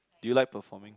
do you like performing